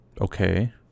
Okay